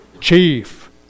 chief